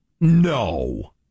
No